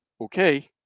okay